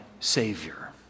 Savior